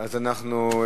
אנחנו,